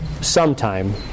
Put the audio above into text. sometime